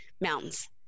Mountains